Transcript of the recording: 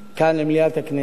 כאן במליאת הכנסת,